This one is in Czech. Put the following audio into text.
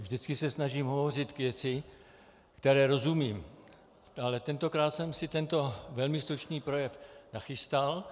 Vždycky se snažím hovořit k věci, které rozumím, ale tentokrát jsem si tento velmi stručný projev nachystal.